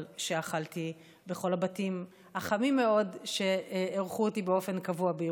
שאכלתי בכל הבתים החמים מאוד שאירחו אותי באופן קבוע בירוחם.